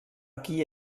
qui